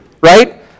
right